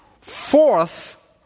Fourth